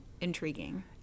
intriguing